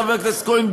חבר הכנסת כהן,